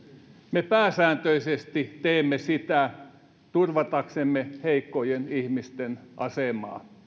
me pääsääntöisesti teemme sitä turvataksemme heikkojen ihmisten asemaa